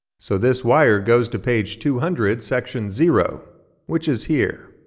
so this wire goes to page two hundred section zero which is here.